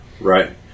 Right